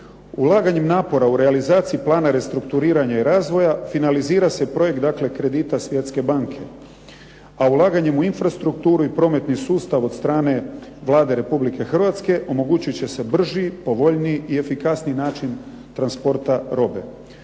Ulaganjem napora u realizaciji plana restrukturiranja i razvoja finalizira se projekt dakle kredita Svjetske banke, a ulaganjem u infrastrukturu i prometni sustav od strane Vlade Republike Hrvatske omogućit će se brži, povoljniji i efikasniji način transporta robe.